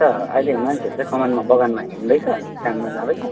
अन्त अहिले मान्छेहरू चाहिँ कमानमा बगानमा हिँड्दैछ काममा जाँदैछ